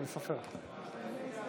ההסתייגות (100)